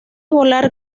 volar